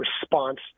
response